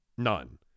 None